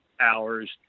hours